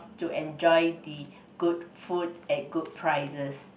to enjoy the good food at good prices